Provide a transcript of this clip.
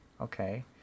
Okay